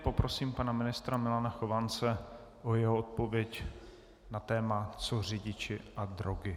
Poprosím pana ministra Milana Chovance o jeho odpověď na téma co řidiči a drogy.